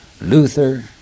Luther